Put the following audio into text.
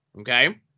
Okay